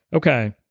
okay,